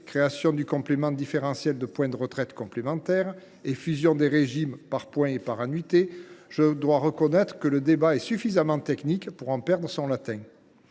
création du complément différentiel de points de retraite complémentaire et fusion des régimes par points et par annuités, je dois reconnaître que le débat est suffisamment technique pour en perdre son latin